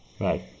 right